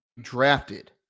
drafted